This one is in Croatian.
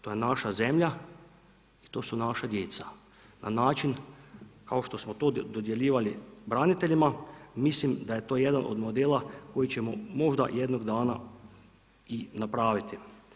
To je naša zemlja i to su naša djeca na način kao što smo to dodjeljivali braniteljima mislim da je to jedan od modela koji ćemo možda jednog dana i napraviti.